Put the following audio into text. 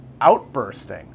outbursting